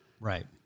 right